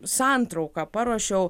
santrauką paruošiau